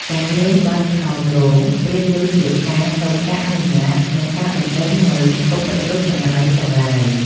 ការលេងបទហោមរោងប្រៀបដូចជាការសុំការអនុញ្ញាត និងការបណ្ដេញនូវរាល់ឧបទ្រពចង្រៃទាំងឡាយ